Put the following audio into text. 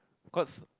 cause